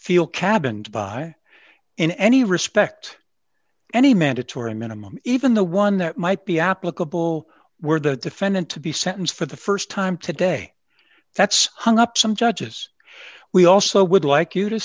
feel cabined by in any respect any mandatory minimum even the one that might be applicable were the defendant to be sentenced for the st time today that's hung up some judges we also would like you to